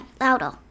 Louder